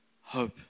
hope